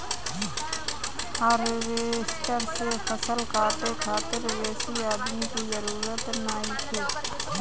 harvester से फसल काटे खातिर बेसी आदमी के जरूरत नइखे